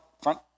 front